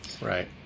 Right